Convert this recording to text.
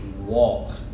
walk